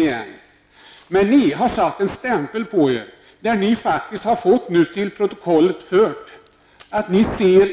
Ni socialdemokrater har satt en stämpel på er, där ni faktiskt har fått till protokollet att ni